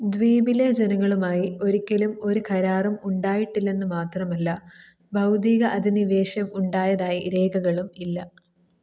ദ്വീപിലെ ജനങ്ങളുമായി ഒരിക്കലും ഒരു കരാറും ഉണ്ടായിട്ടില്ലെന്നു മാത്രമല്ല ഭൗതിക അധിനിവേശം ഉണ്ടായതായി രേഖകളും ഇല്ല